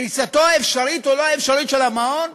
קריסתו האפשרית או לא אפשרית של המעון,